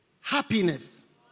happiness